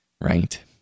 right